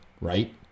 right